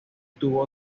tuvo